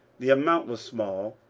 the amount was small,